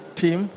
team